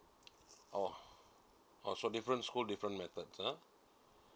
orh so different school different methods uh